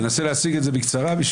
בעד, אחד, נגד, אין, נמנעים, אין.